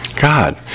God